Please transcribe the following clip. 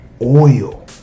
oil